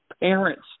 parents